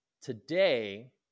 Today